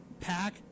pack